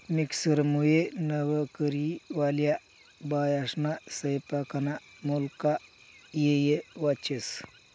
मिक्सरमुये नवकरीवाल्या बायास्ना सैपाकना मुक्ला येय वाचस